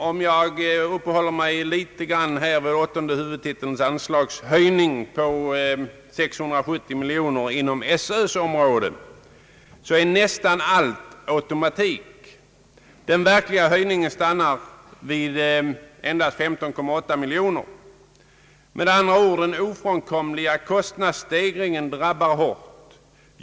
Om jag uppehåller mig litet grand vid åttonde huvudtitelns anslagshöjning på 670 miljoner kronor inom skolöverstyrelsens område, måste jag säga att nästan allt är automatik. Den verkliga höjningen stannar vid endast 15,8 miljoner kronor, med andra ord: den ofrånkomliga kostnadsstegringen drabbar hårt.